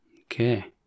Okay